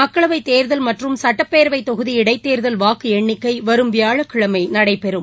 மக்களவை தேர்தல் மற்றும் சட்டப்பேரவை தொகுதி இடைத்தேர்தல் வாக்கு எண்ணிக்கை வரும் வியாழக்கிழமை நடைபெறும்